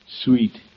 Sweet